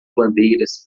bandeiras